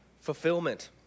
fulfillment